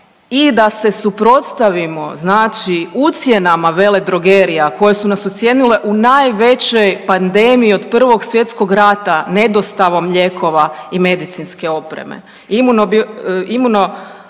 i da se suprotstavimo znači ucjenama veledrogerija koje su nas ucijenile u najvećoj pandemiji od Prvog svjetskog rata ne dostavom lijekova i medicinske opreme.